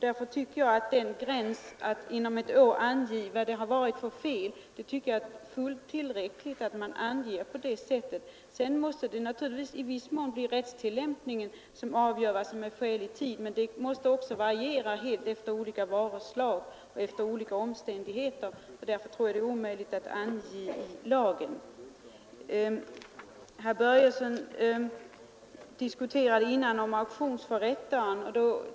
Därför tycker jag att bestämmelsen ”dock ej senare än ett år” är fullt tillräcklig. Sedan måste det naturligtvis ankomma på rättstillämpningen att avgöra vad som är skälig tid, och det måste variera efter olika slag av varor och efter olika omständigheter. Jag tror att det är omöjligt att ange detta i lagen. Herr Börjesson i Falköping tog upp en diskussion om auktionsförrättarna.